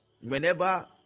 whenever